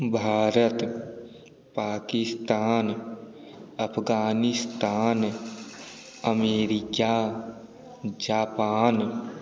India Pakistan Afghanistan America Japan